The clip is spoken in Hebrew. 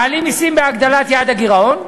מעלים מסים בהגדלת יעד הגירעון,